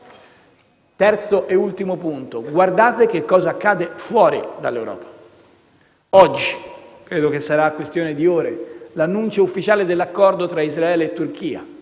Terzo e ultimo punto. Guardate che cosa accade fuori dall'Europa. Oggi - credo che sarà questione di ore - vi sarà l'annuncio ufficiale dell'accordo tra Israele e Turchia.